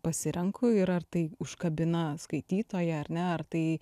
pasirenku ir ar tai užkabina skaitytoją ar ne ar tai